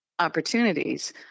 opportunities